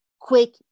Quick